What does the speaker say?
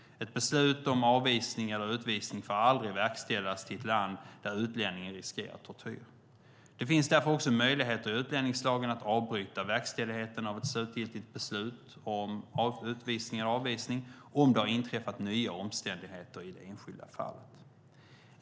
Ett beslut om avvisning eller utvisning får aldrig verkställas till ett land där utlänningen riskerar tortyr. Det finns därför också möjligheter i utlänningslagen att avbryta verkställigheten av ett slutgiltigt beslut om utvisning eller avvisning om det har inträffat nya omständigheter i det enskilda fallet.